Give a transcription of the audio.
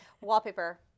wallpaper